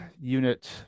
unit